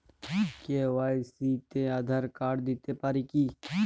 KYC তে Aadhaar card দিতে পারি কি?